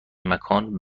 مکان